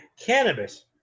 cannabis